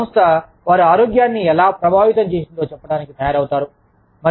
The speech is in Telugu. సంస్థ వారి ఆరోగ్యాన్ని ఎలా ప్రభావితం చేసిందో చెప్పటానికి తయారవుతారు